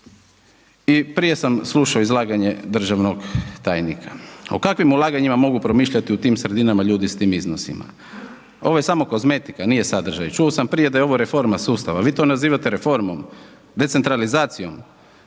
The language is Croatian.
I prije sam slušao izlaganje državnog tajnika. O kakvim ulaganjima mogu promišljati u tim sredinama ljudi s tim iznosima? Ovo je samo kozmetika, nije sadržaj. Čuo sam prije da je ovo reforma sustava, vi to nazivate reformom? Decentralizacijom?